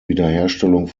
wiederherstellung